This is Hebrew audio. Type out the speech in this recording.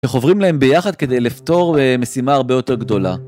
וחוברים להם ביחד כדי לפתור משימה הרבה יותר גדולה.